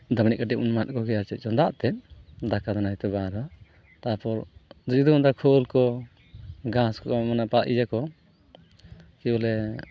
ᱫᱟᱜ ᱢᱟᱲᱤ ᱠᱟᱹᱴᱤᱡ ᱵᱚᱱ ᱮᱢᱟᱫ ᱠᱚᱜᱮ ᱪᱮᱫ ᱪᱚᱝ ᱫᱟᱜ ᱛᱮᱫ ᱫᱟᱠᱟ ᱫᱚ ᱱᱟᱦᱳᱭ ᱛᱚ ᱵᱟᱝ ᱨᱮᱦᱚᱸ ᱛᱟᱨᱯᱚᱨ ᱡᱮᱦᱮᱛᱩ ᱚᱱᱠᱟ ᱠᱷᱳᱞ ᱠᱚ ᱜᱷᱟᱸᱥ ᱠᱚ ᱮᱴᱟᱜ ᱤᱭᱟᱹ ᱠᱚ ᱠᱤ ᱵᱚᱞᱮ